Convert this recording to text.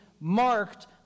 marked